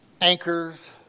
Anchors